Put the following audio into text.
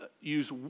use